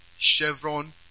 Chevron